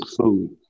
food